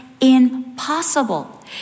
impossible